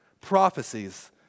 prophecies